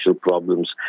problems